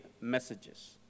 messages